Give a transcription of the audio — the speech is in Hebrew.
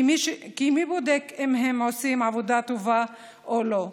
כי מי בודק אם הם עושים עבודה טובה או לא?